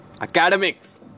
academics